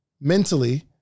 Mentally